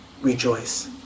rejoice